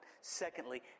Secondly